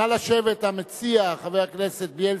נא לשבת, המציע חבר הכנסת בילסקי,